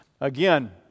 Again